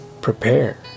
prepare